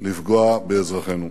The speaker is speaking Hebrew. לפגוע באזרחינו.